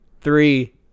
Three